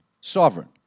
sovereign